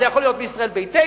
זה יכול להיות מישראל ביתנו,